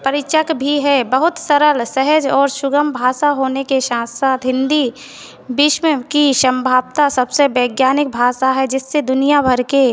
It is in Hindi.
परीचक भी है बहुत सरल सहज और सुगम भाषा होने के साथ साथ हिंदी विश्व की संभवत सबसे वैज्ञानिक भाषा है जिससे दुनियाभर के